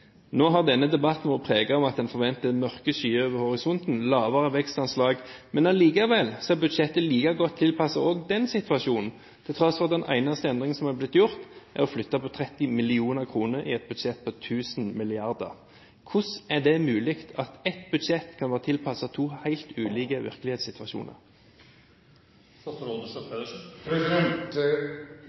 Nå har denne debatten vært preget av at en forventer mørke skyer over horisonten, lavere vekstanslag, men likevel er budsjettet like godt tilpasset også den situasjonen til tross for at den eneste endringen som er blitt gjort, er å flytte på 30 mill. kr i et budsjett på 1 000 mrd. kr. Hvordan er det mulig at ett budsjett kan være tilpasset to helt ulike virkelighetssituasjoner?